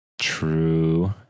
True